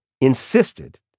insisted